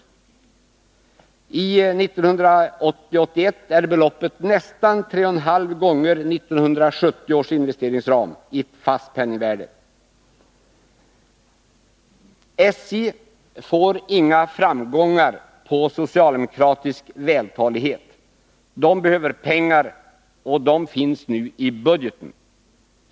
1980/81 är beloppet nästan tre och en halv gånger så stort som det var enligt 1970 års investeringsram i fast penningvärde. SJ får inga framgångar på socialdemokratisk vältalighet — man behöver pengar, och de finns nu i budgeten.